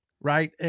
right